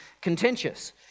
contentious